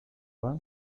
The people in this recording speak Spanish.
van